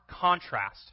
contrast